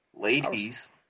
Ladies